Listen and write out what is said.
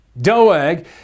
Doeg